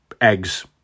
Eggs